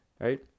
right